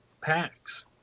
packs